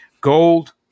Gold